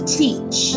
teach